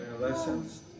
lessons